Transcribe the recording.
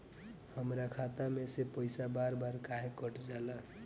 हमरा खाता में से पइसा बार बार काहे कट जाला?